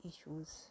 issues